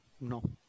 no